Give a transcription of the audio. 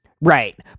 Right